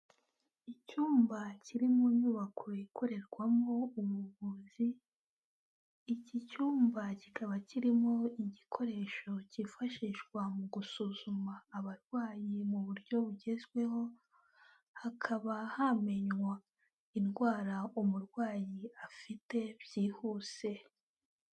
Icyumba kiri mu nyubako ikorerwamo ubuvuzi, iki cyumba kikaba kirimo igikoresho cyifashishwa mu gusuzuma abarwayi mu buryo bugezweho, hakaba hamenywa indwara umurwayi afite byihuse.